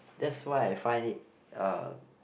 that's why I find it uh